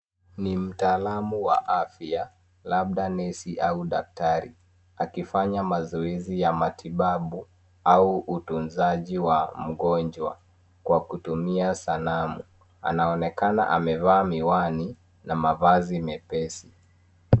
Ni mtaalamu wa afya, labda nesi au daktari. Akifanya mazoezi ya matibabu au utunzaji wa mgonjwa, kwa kutumia sanamu. Anaonekana amevaa miwani na mavazi mepesi.